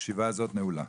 הישיבה הזאת נעולה.